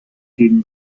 gegen